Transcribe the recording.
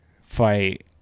fight